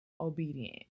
obedient